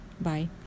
bye